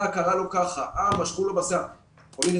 משכו לו בשיער וכולי.